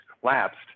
collapsed